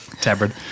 tabard